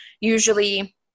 Usually